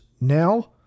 now